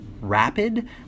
rapid